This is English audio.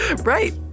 Right